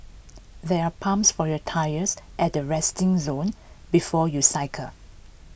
there are pumps for your tyres at the resting zone before you cycle